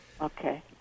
Okay